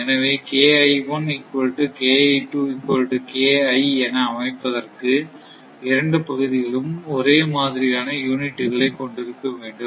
எனவே என அமைப்பதற்கு இரண்டு பகுதிகளும் ஒரே மாதிரியான யூனிட்டுகளை கொண்டிருக்க வேண்டும்